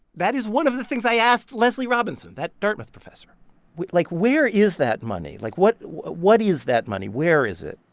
that is one of the things i asked leslie robinson, that dartmouth professor like, where is that money? like, what what is that money? where is it?